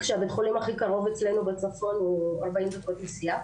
כשהבית חולים הכי קרוב אצלנו בצפון הוא 40 דקות נסיעה,